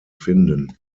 finden